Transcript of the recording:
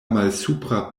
malsupra